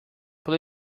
put